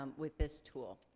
um with this tool.